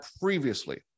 previously